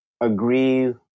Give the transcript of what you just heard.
agree